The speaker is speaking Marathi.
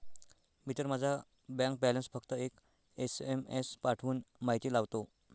मी तर माझा बँक बॅलन्स फक्त एक एस.एम.एस पाठवून माहिती लावतो